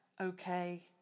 okay